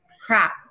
crap